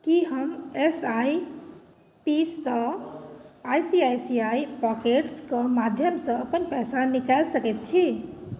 कि हम S I P सँ I C I C I पॉकेट्सके माध्यमसँ अपन पैसा निकालि सकै छी